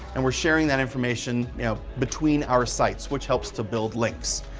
and we're sharing that information you know between our sites, which helps to build links.